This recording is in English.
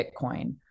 Bitcoin